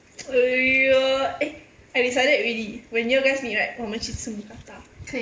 eh yo eh I decided already when you guys meet right 我们去吃 mookata